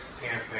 campaign